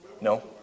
No